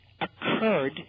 occurred